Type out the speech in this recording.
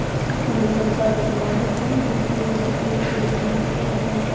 पूरे संसार में तम्बाकू का दुरूपयोग सिगरेट के रूप में किया जाता है